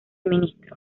ministro